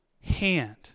hand